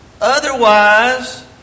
Otherwise